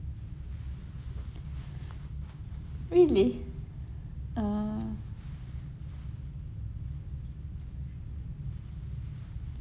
really uh